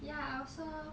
ya I also